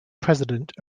president